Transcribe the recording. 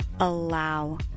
Allow